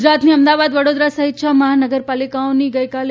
ગુજરાતની અમદાવાદ વડોદરા સહિત છ મહાનગરપાલિકાઓની ગઈકાલે